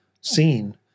seen